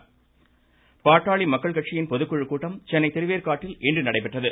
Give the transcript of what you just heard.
ராமதாஸ் பாட்டாளி மக்கள் கட்சியின் பொதுக்குழு கூட்டம் சென்னை திருவேற்காட்டில் இன்று நடைபெற்றது